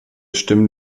stimmen